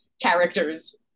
character's